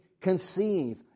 conceive